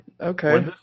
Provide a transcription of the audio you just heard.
okay